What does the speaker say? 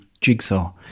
Jigsaw